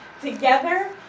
together